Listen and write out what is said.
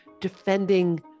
defending